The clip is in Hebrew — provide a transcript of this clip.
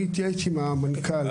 אני אתייעץ עם המנכ"ל.